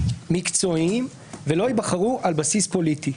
מקצועיים ולא ייבחרו על בסיס פוליטי.